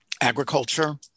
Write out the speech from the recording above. agriculture